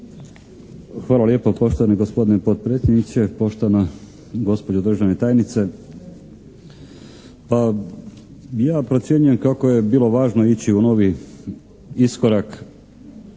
Hvala lijepo. Poštovani gospodine potpredsjedniče, poštovana gospođo državna tajnice. Pa ja procjenjujem kako je bilo važno ići u novi iskorak